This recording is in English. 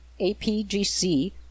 APGC